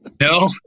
No